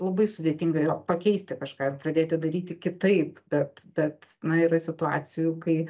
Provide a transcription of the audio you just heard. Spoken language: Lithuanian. labai sudėtinga yra pakeisti kažką ir pradėti daryti kitaip bet bet na yra situacijų kai